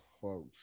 close